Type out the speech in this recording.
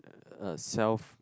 a self